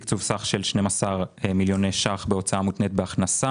תקצוב סך של 12 מיליוני שקלים בהוצאה מותנית בהכנסה.